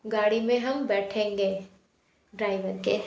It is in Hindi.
गाड़ी में हम बैठेंगे ड्राइवर के